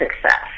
success